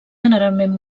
generalment